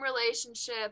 relationship